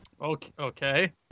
Okay